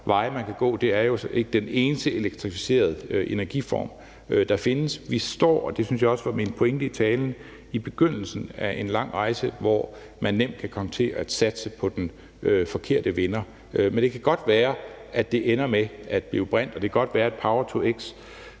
veje, man kan gå. Det er jo ikke en eneste elektrificerede energiform, der findes. Vi står – og det synes jeg også var min pointe i talen – i begyndelsen af en lang rejse, hvor man nemt kan komme til at satse på den forkerte vinder. Men det kan godt være, at det ender med at blive brint, og det kan godt være, at power-to-x